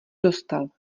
dostal